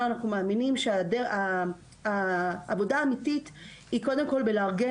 אנחנו מאמינים שהעבודה האמיתית היא קודם כול בלארגן